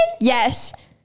yes